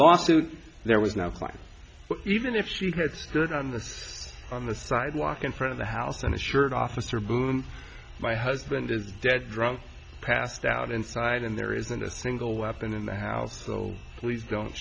lawsuit there was no class even if she had stood on this on the sidewalk in front of the house and assured officer boom my husband is dead drunk passed out inside and there isn't a single weapon in the house so please don't